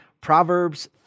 Proverbs